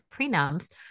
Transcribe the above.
prenums